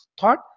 thought